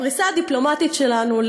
הפריסה הדיפלומטית שלנו,